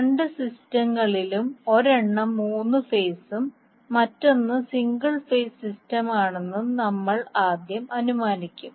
രണ്ട് സിസ്റ്റങ്ങളിലും ഒരെണ്ണം മൂന്ന് ഫേസും മറ്റൊന്ന് സിംഗിൾ ഫേസ് സിസ്റ്റമാണെന്നും നമ്മൾ ആദ്യം അനുമാനിക്കും